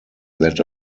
that